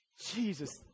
Jesus